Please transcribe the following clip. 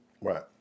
Right